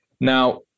Now